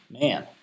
man